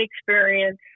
experience